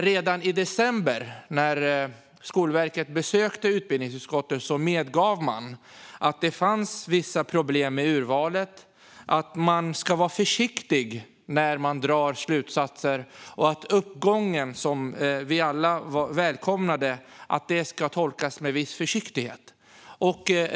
Redan när Skolverket besökte utbildningsutskottet i december medgav man att det fanns vissa problem med urvalet, att man ska vara försiktig när man drar slutsatser och att uppgången som vi alla välkomnade ska tolkas med viss försiktighet.